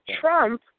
Trump